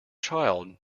child